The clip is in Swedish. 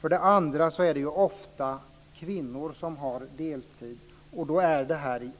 För det andra är det ofta kvinnor som arbetar deltid. Därför är detta i